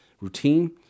Routine